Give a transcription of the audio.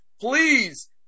please